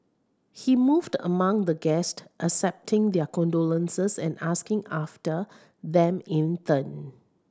he moved among the guests accepting their condolences and asking after them in turn